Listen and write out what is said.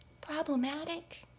problematic